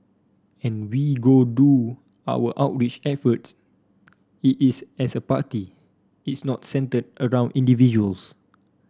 and we go do our outreach efforts it is as a party it's not centred around individuals